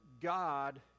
God